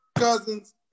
Cousins